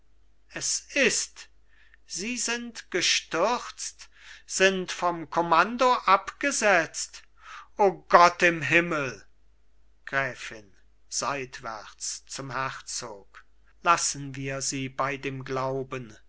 es ist sie sind gestürzt sind vom kommando abgesetzt o gott im himmel gräfin seitwärts zum herzog lassen wir sie bei dem glauben